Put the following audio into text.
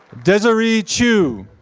desiree chew.